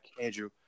Andrew